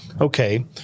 Okay